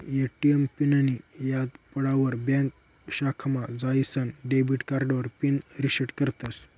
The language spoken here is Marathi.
ए.टी.एम पिननीं याद पडावर ब्यांक शाखामा जाईसन डेबिट कार्डावर पिन रिसेट करतस